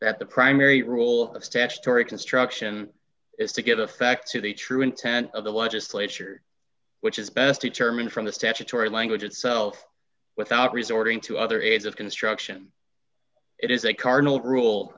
that the primary rule of statutory construction is to give effect to the true intent of the legislature which is best determined from the statutory language itself without resorting to other areas of construction it is a cardinal rule